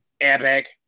Epic